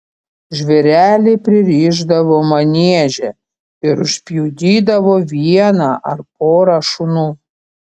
žvėrelį pririšdavo manieže ir užpjudydavo vieną ar porą šunų